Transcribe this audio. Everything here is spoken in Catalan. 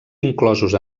inclosos